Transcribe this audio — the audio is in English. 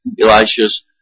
Elisha's